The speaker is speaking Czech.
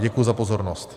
Děkuji za pozornost.